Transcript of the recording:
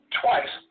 twice